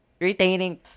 retaining